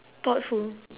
thoughtful